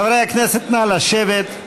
חברי הכנסת, נא לשבת.